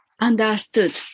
understood